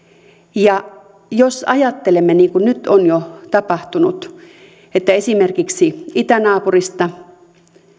jos ajattelemme mitä nyt on jo tapahtunut esimerkiksi itänaapurista